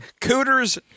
cooters